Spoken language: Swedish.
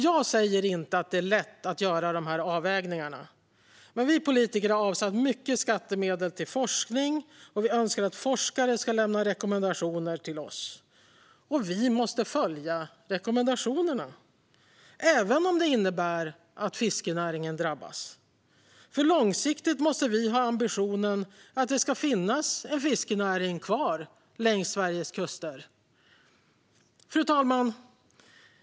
Jag säger inte att det är lätt att göra dessa avvägningar. Men vi politiker har avsatt mycket skattemedel till forskning, och vi önskar att forskare ska lämna rekommendationer till oss. Vi måste följa rekommendationerna, även om det innebär att fiskenäringen drabbas. Långsiktigt måste vi nämligen ha ambitionen att det ska finnas en fiskenäring kvar längs Sveriges kuster. Fru talman!